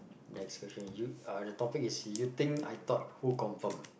next question you uh the topic is you think I thought who confirm